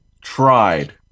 tried